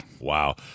wow